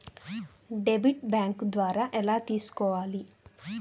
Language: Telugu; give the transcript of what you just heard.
డెబిట్ బ్యాంకు ద్వారా ఎలా తీసుకోవాలి?